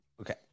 okay